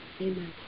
Amen